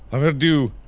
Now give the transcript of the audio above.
i'm gonna do.